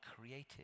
created